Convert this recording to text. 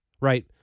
right